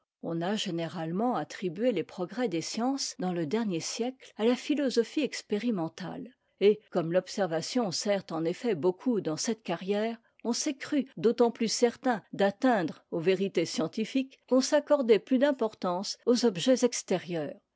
on a généralement attribué les progrès des sciences dans le dernier siècle à la philosophie expérimentale et comme l'observation sert en effet beaucoup dans cette carrière on s'est cru d'autant plus certain d'atteindre aux vérités scientifiques qu'on accordait plus d'importance aux objets extérieurs